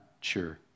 sure